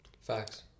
Facts